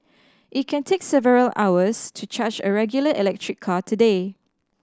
it can take several hours to charge a regular electric car today